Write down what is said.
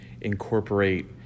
incorporate